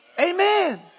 amen